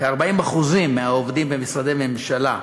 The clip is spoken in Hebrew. כ-40% מהעובדים במשרדי הממשלה,